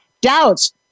doubts